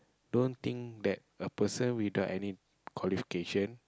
don't think that a person without any qualification